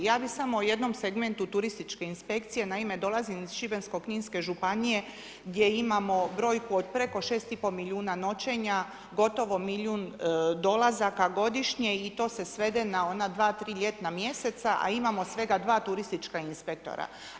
Ja bih samo o jednom segmentu turističke inspekcije, naime dolazim iz šibensko-kninske županije gdje imamo brojku od preko 6 i pol milijuna noćenja, gotovo milijun dolazaka godišnje i to se svede na ona dva, tri ljetna mjeseca, a imamo sve dva turistička inspektora.